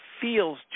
feels